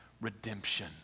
redemption